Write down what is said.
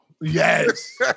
Yes